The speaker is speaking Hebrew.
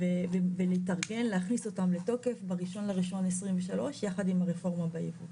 ולהכניס אותן לתוקף ב-1 בינואר 2023 יחד עם הרפורמה בייבוא.